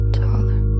taller